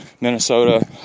Minnesota